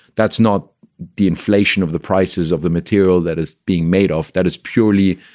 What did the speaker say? that's not the inflation of the prices of the material that is being made off. that is purely,